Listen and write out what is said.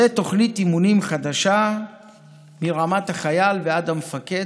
ותוכנית אימונים חדשה מרמת החייל ועד המפקד.